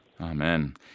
Amen